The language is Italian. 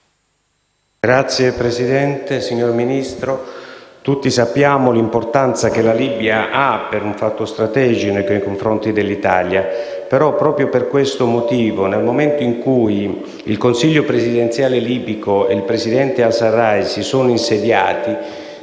Signor Presidente, signor Ministro, tutti conosciamo l'importanza che la Libia ha, per un fatto strategico, nei confronti dell'Italia. Però, proprio per questo, nel momento in cui il Consiglio presidenziale libico e il presidente al-Sarraj si sono insediati,